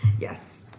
Yes